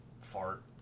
Fart